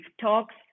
talks